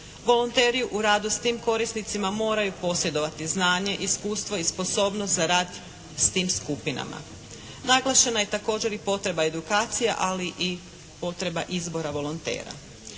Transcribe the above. Volonteri u radu s tim korisnicima moraju posjedovati znanje, iskustvo i sposobnost za rad s tim skupinama. Naglašena je također i potreba edukacije ali i potreba izbora volontera.